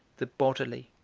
the bodily,